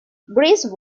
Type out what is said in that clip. brice